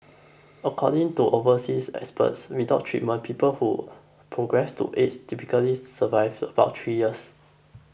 according to overseas experts without treatment people who progress to AIDS typically survive about three years